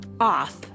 off